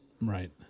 Right